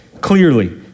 clearly